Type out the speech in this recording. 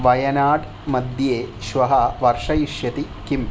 वयनाड् मध्ये श्वः वर्षयिष्यति किम्